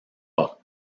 pas